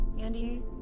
Andy